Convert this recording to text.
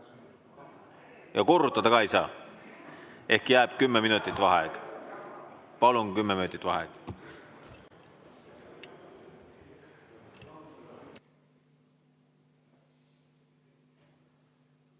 saa. Korrutada ka ei saa. Jääb kümme minutit vaheaeg. Palun, kümme minutit vaheaeg.